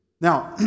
Now